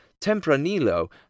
Tempranillo